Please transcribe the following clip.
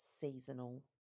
seasonal